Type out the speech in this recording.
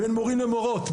בין מורים למורות,